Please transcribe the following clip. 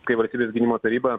kai valstybės gynimo taryba